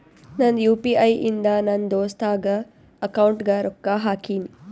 ನಂದ್ U P I ಇಂದ ನನ್ ದೋಸ್ತಾಗ್ ಅಕೌಂಟ್ಗ ರೊಕ್ಕಾ ಹಾಕಿನ್